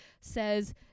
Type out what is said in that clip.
says